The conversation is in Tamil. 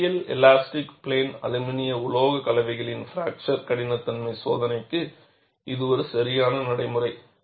நேரியல் எலாஸ்டிக் பிளேன் அலுமினிய உலோகக் கலவைகளின் பிராக்சர் கடினத்தன்மை சோதனைக்கு இது ஒரு சரியான நடைமுறை